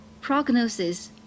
prognosis